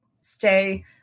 stay